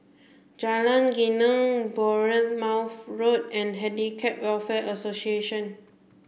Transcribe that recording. Jalan Geneng Bournemouth Road and Handicap Welfare Association